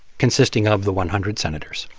consisting of the one hundred senators.